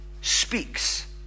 speaks